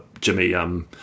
Jimmy